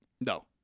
No